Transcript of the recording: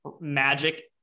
magic